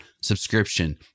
subscription